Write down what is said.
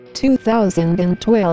2012